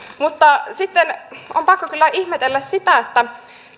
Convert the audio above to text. mutta sitten on pakko kyllä ihmetellä sitä että